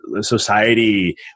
society